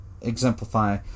exemplify